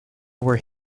were